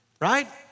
Right